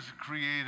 created